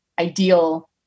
ideal